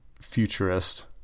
futurist